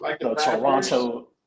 Toronto